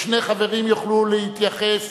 ושני חברים יוכלו להתייחס,